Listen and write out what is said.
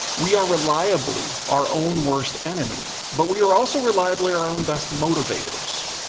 we are reliably our own worst enemy, but we are also reliably our own best motivators.